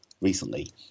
recently